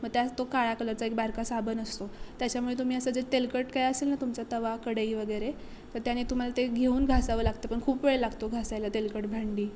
मग त्या तो काळा कलरचा एक बारका साबण असतो त्याच्यामुळे तुम्ही असं जे तेलकट काय असेल ना तुमचा तवा कढई वगैरे तर त्याने तुम्हाला ते घेऊन घासावं लागतं पण खूप वेळ लागतो घासायला तेलकट भांडी